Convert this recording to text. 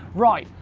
right,